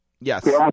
Yes